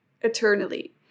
Eternally